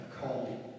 cold